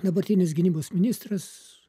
dabartinis gynybos ministras